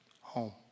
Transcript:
home